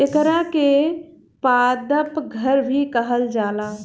एकरा के पादप घर भी कहल जाला